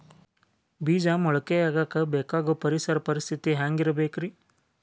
ಬೇಜ ಮೊಳಕೆಯಾಗಕ ಬೇಕಾಗೋ ಪರಿಸರ ಪರಿಸ್ಥಿತಿ ಹ್ಯಾಂಗಿರಬೇಕರೇ?